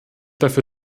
dafür